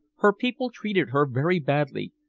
her people treated her very badly